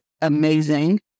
amazing